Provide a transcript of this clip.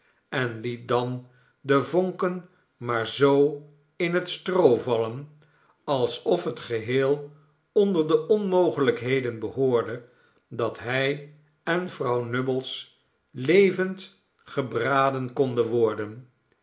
en liet dan de vonken maar zoo in het stroo vallen alsof het geheel onder de onmogelijkheden behoorde dat hij en vrouw nubbles levend gebraden konden worden